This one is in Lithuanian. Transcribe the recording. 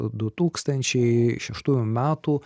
du tūkstančiai šeštųjų metų